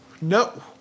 No